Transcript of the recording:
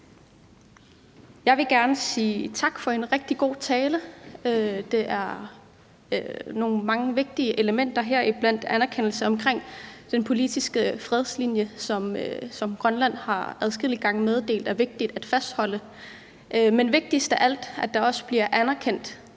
Jeg vil gerne sige tak for en rigtig god tale. Der var mange vigtige elementer, heriblandt anerkendelsen af den fredelige politiske linje, som Grønland adskillige gange har meddelt er vigtig at fastholde. Men vigtigst af alt er det, at der også kom en anerkendelse